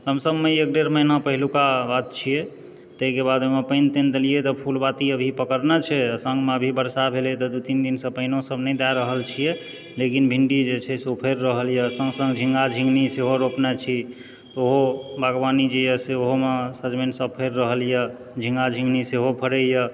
लमसममे एक डेढ महिना पहिलुका बात छियै ताहिके बादमे पानि तानि देलियै तऽ फूल बाती अभी पकड़ने छै आ सङ्गमे अभी बरसा भेलए तऽ दू तीन दिनसँ पानिओ सब नहि दए रहल छियै लेकिन भिन्डी जे छै से ओ फड़ि रहल यऽ सङ्ग सङ्ग झिन्गा झिन्गनी सेहो रोपने छी ओहो बागवानी जे यऽ से ओहोमे सजमनि सब फड़ि रहल यऽ झिन्गा झिन्गनी सेहो फड़ैया